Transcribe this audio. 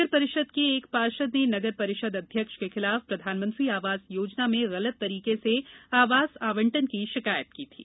नगर परिषद के एक पार्षद ने नगर परिषद अध्यक्ष के खिलाफ प्रधानमंत्री आवास योजना में गलत तरीके से आवास आवंटन की शिकायत की थी